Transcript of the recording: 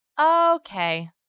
Okay